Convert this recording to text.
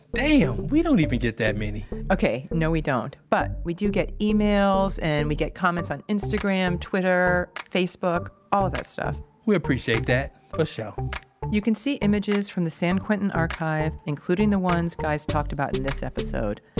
damn! we don't even get that many okay, no we don't, but we do get emails and we get comments on instagram, twitter, facebook, all of that stuff we appreciate that for sure you can see images from the san quentin archive, including the ones guys talked about in this episode,